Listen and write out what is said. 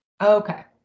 Okay